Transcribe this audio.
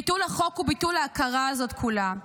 ביטול החוק הוא ביטול ההכרה הזאת כולה.